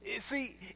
See